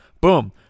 boom